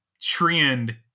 trend